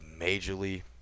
majorly